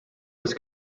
was